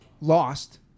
lost